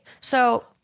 So-